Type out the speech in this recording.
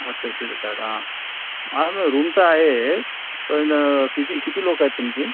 अच्छा शिरसाट हां ma'am room तर आहेत पण किती किती लोकं आहेत तुमची